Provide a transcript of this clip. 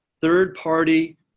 third-party